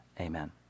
amen